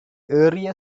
ஏறிய